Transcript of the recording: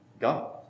God